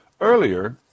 Earlier